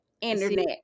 internet